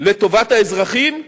לטובת האזרחים,